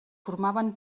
formaven